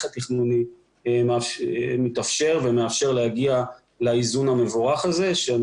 התכנוני מתאפשר להגיע לאיזון המבורך הזה שאני